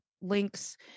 links